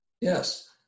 Yes